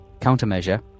countermeasure